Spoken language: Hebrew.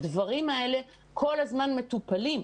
הדברים האלה כל הזמן מטופלים.